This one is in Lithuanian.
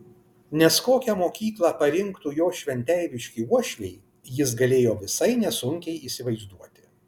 nes kokią mokyklą parinktų jo šventeiviški uošviai jis galėjo visai nesunkiai įsivaizduoti